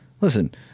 Listen